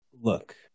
Look